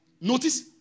Notice